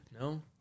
No